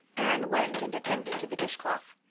anne went and attended to the dishcloth.